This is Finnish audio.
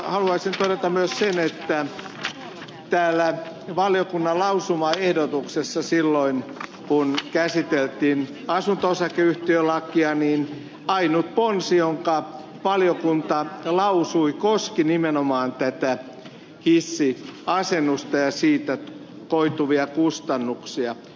haluaisin todeta myös sen että täällä valiokunnan lausumaehdotuksessa silloin kun käsiteltiin asunto osakeyhtiölakia ainut ponsi jonka valiokunta lausui koski nimenomaan tätä hissiasennusta ja siitä koituvia kustannuksia